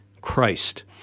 Christ